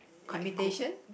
imitation